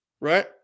right